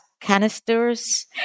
canisters